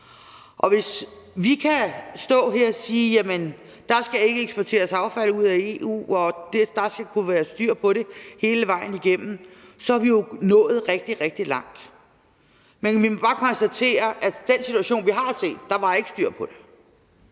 Og hvis vi kan stå her og sige, at der ikke skal eksporteres affald ud af EU og der skal kunne være styr på det hele vejen igennem, så er vi jo nået rigtig, rigtig langt. Men vi må bare konstatere, at i den situation, vi har set, var der ikke styr på det.